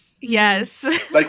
Yes